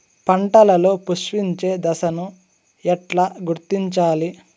పంటలలో పుష్పించే దశను ఎట్లా గుర్తించాలి?